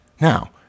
Now